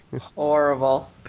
Horrible